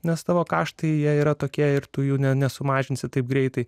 nes tavo karštai jie yra tokia ir tu jų nesumažinsi taip greitai